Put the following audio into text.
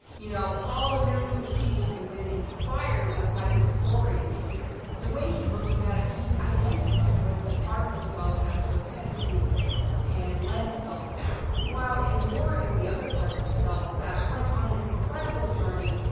you know, all the millions of people who've been inspired by his story view him. the way he's looking at it, he's identifying with the part of himself that's repetitively failed, and let himself down, while ignoring the other part of himself that went on an incredible journey,